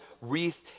wreath